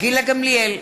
גילה גמליאל,